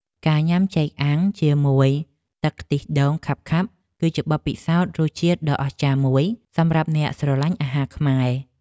ការញ៉ាំចេកអាំងជាមួយទឹកខ្ទិះដូងខាប់ៗគឺជាបទពិសោធន៍រសជាតិដ៏អស្ចារ្យមួយសម្រាប់អ្នកស្រឡាញ់អាហារខ្មែរ។